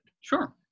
Sure